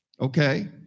Okay